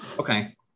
okay